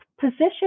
position